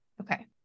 okay